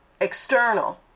external